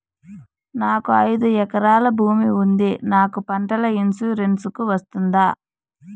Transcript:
నాకు ఐదు ఎకరాల భూమి ఉంది నాకు పంటల ఇన్సూరెన్సుకు వస్తుందా?